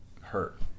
hurt